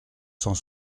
cent